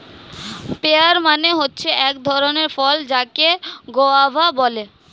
pair মানে হচ্ছে এক ধরণের ফল যাকে গোয়াভা বলে